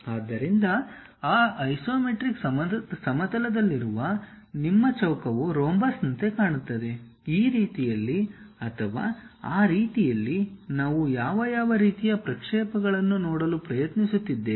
ಆದ್ದರಿಂದ ಆ ಐಸೊಮೆಟ್ರಿಕ್ ಸಮತಲದಲ್ಲಿರುವ ನಿಮ್ಮ ಚೌಕವು ರೋಂಬಸ್ನಂತೆ ಕಾಣುತ್ತದೆ ಈ ರೀತಿಯಲ್ಲಿ ಅಥವಾ ಆ ರೀತಿಯಲ್ಲಿ ನಾವು ಯಾವ ರೀತಿಯ ಪ್ರಕ್ಷೇಪಗಳನ್ನು ನೋಡಲು ಪ್ರಯತ್ನಿಸುತ್ತಿದ್ದೇವೆ